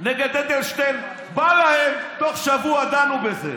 נגד אדלשטיין, בא להם, תוך שבוע דנו בזה.